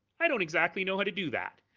i don't exactly know how to do that!